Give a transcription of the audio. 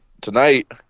tonight